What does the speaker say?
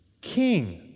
king